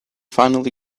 finally